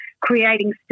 creating